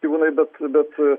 gyvūnai bet bet